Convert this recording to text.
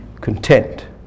content